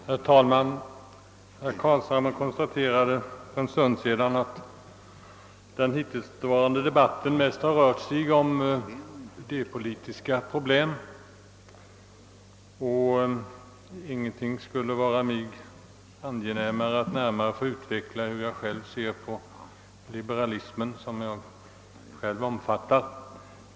Herr talman! Herr Carlshamre konstaterade för en stund sedan att den hit tillsvarande debatten mest rört sig om idépolitiska problem. Ingenting skulle vara mig angenämare än att fortsätta den debatten och närmare utveckla hur jag ser på liberalismen sådan jag själv omfattar den.